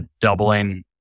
doubling